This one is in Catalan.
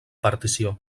partició